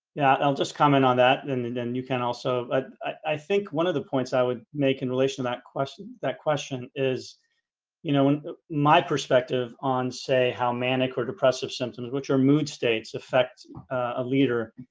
yeah, i'll just comment on that and then then you can also but ah i think one of the points i would make in relation to that question that question is you know when my perspective on say how manic or depressive symptoms which are mood states affect a leader?